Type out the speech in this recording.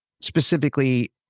specifically